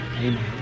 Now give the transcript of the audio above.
Amen